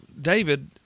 david